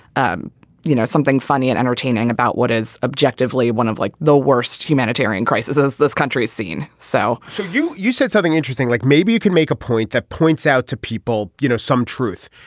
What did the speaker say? um you know something funny and entertaining about what is objectively one of like the worst humanitarian crisis as this country's seen so so you you said something interesting like maybe you can make a point that points out to people you know some truth.